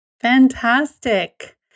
Fantastic